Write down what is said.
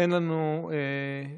אין לנו הסתייגויות.